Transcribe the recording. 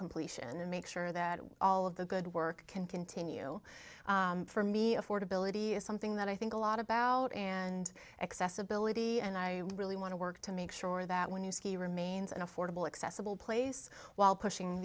completion and make sure that all of the good work can continue for me affordability is something that i think a lot about and accessibility and i really want to work to make sure that when you ski remains an affordable accessible place while pushing